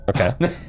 Okay